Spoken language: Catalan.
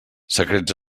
secrets